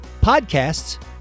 podcasts